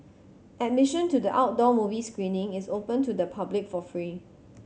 admission to the outdoor movie screening is open to the public for free